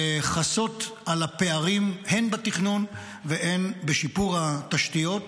לכסות על הפערים הן בתכנון והן בשיפור התשתיות,